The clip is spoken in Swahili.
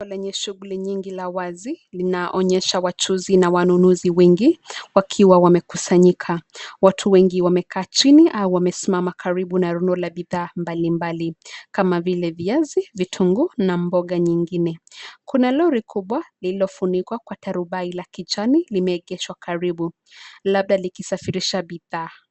Eneo lenye shughuli nyingi la wazi linaonyesha wachuuzi na wanunuzi wengi wakiwa wamekusanyika. Watu wengi wamekaa chini au wamesimama karibu na rundo la bidhaa mbalimbali kama vile viazi, vitunguu na mboga nyingine. Kuna lori kubwa lililofunikwa kwa tarubai la kijani, limeegeshwa karibu labda likisafirisha bidhaa.